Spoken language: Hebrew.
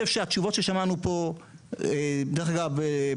דרך אגב,